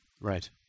Right